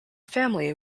family